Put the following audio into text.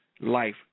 life